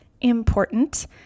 important